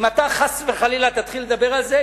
אם אתה חס וחלילה תתחיל לדבר על זה,